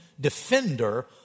defender